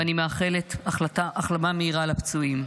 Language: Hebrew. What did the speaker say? ואני מאחלת החלמה מהירה לפצועים.